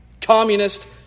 Communist